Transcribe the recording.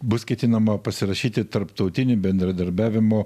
bus ketinama pasirašyti tarptautinį bendradarbiavimo